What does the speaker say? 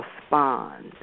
respond